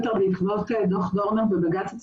בעקבות דוח דורנר ובג"צ,